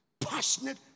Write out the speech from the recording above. Passionate